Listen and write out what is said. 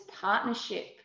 partnership